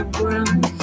ground